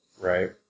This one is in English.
Right